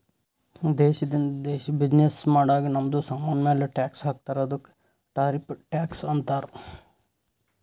ದೇಶದಿಂದ ದೇಶ್ ಬಿಸಿನ್ನೆಸ್ ಮಾಡಾಗ್ ನಮ್ದು ಸಾಮಾನ್ ಮ್ಯಾಲ ಟ್ಯಾಕ್ಸ್ ಹಾಕ್ತಾರ್ ಅದ್ದುಕ ಟಾರಿಫ್ ಟ್ಯಾಕ್ಸ್ ಅಂತಾರ್